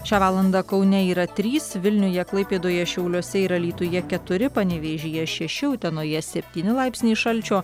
šią valandą kaune yra trys vilniuje klaipėdoje šiauliuose ir alytuje keturi panevėžyje šeši utenoje septyni laipsniai šalčio